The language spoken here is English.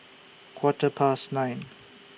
Quarter Past nine